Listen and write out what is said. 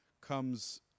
comes